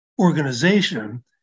organization